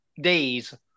days